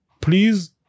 Please